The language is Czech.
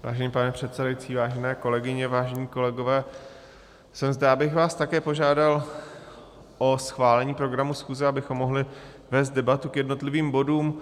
Vážený pane předsedající, vážené kolegyně, vážení kolegové, jsem zde, abych vás také požádal o schválení programu schůze, abychom mohli vést debatu k jednotlivým bodům.